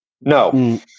No